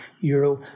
euro